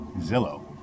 Zillow